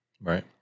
right